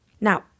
Now